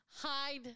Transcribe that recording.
hide